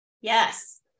Yes